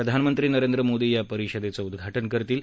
प्रधानमंत्री नरेंद्र मोदी यां परिषदेचं उद्घाटन करतील